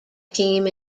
team